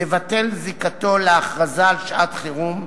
לבטל זיקתו להכרזה על שעת-חירום,